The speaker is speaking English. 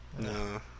No